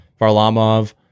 varlamov